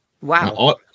wow